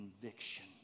conviction